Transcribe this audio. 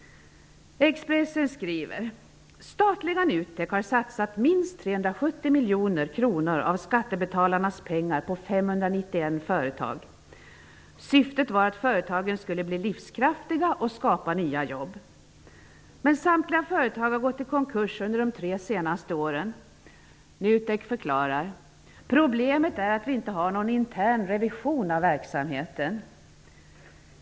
''Statliga Nutek har satsat minst 370 miljoner kronor av skattebetalarnas pengar på 591 företag. Syftet var att företagen skulle bli livskraftiga och skapa nya jobb. Men samtliga företag har gått i konkurs under de tre senaste åren.'' Nutek förklarar: ''Problemet är att vi inte har någon intern revision av verksamheten.''